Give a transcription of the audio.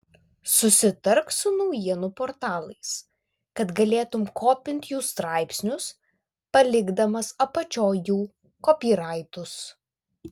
susitark su naujienų portalais kad galėtum kopint jų straipsnius palikdamas apačioj jų kopyraitus